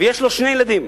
ויש לו שני ילדים,